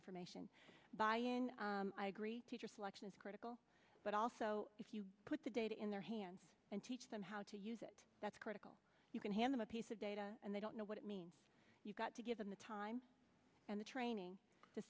information i agree or selection is critical but also if you put the data in their hands and teach them how to use it that's critical you can hand them a piece of data and they don't know what it means you've got to give them the time and the training to